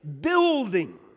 building